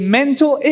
mental